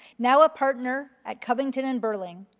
now a partner at covington and burling,